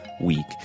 week